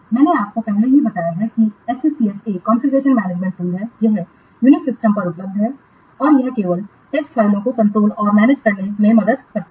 मैंने आपको पहले ही बताया है कि SCCS एक कॉन्फ़िगरेशन मैनेजमेंट टूल है यह UNIX सिस्टम्स पर उपलब्ध है और यह केवल टेक्स्ट फ़ाइलों को कंट्रोल और मैनेज करने में मदद करता है